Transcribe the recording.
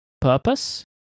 purpose